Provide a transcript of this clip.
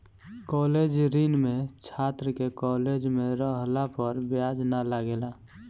college ऋण में छात्र के कॉलेज में रहला पर ब्याज ना लागेला